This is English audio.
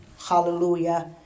hallelujah